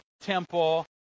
temple